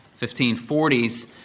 1540s